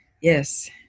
Yes